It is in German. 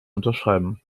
unterschreiben